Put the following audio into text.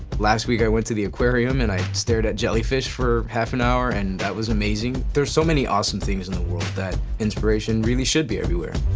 last week i went to the aquarium, and i stared at jellyfish for half an hour and that was amazing. there are so many awesome things in the world that inspiration really should be everywhere.